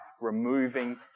removing